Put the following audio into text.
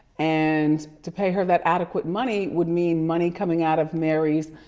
and to pay her that adequate money would mean money coming out of mary's,